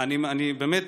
אני באמת,